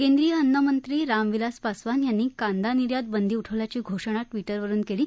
केंद्रीय अन्नमंत्री रामविलास पासवान यांनी कांदानिर्यात बंदी उठविल्याची घोषणा ट्विटरवरून केली